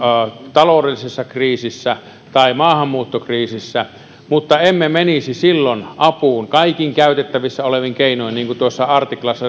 taloudellisessa kriisissä tai maahanmuuttokriisissä mutta emme menisi apuun kaikin käytettävissä olevin keinoin niin kuin tuossa artiklassa